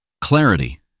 Clarity